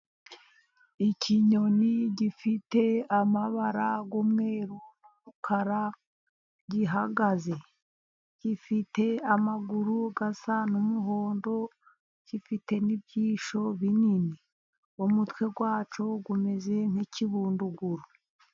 Ikinyoni gifite amabara y'umwe n'umukara, gihagaze gifite amaguru asa n'umuhondo, gifite n'ibyisho binini, umutwe wacyo umeze nkikibunduguru.